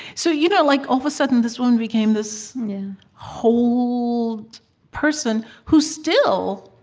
so you know like all of a sudden, this woman became this whole person who still